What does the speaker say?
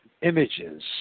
images